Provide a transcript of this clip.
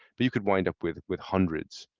but you can kind up with with hundreds